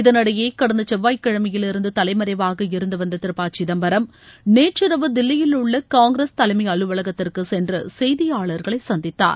இதனிடையே கடந்த செவ்வாய்கிழமையிலிருந்து தலைமறைவாக இருந்து வந்த திரு ப சிதம்பரம் நேற்றிரவு தில்லியிலுள்ள காங்கிரஸ் தலைம் அலுவலகத்திற்கு சென்று செய்தியாளர்களை சந்தித்தார்